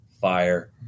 fire